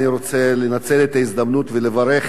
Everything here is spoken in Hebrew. אני רוצה לנצל את ההזדמנות ולברך